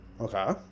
Okay